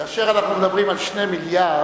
כאשר אנחנו מדברים על 2 מיליארדים,